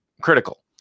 critical